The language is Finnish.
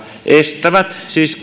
estävät siis